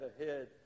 ahead